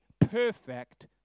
perfect